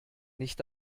nicht